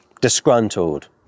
disgruntled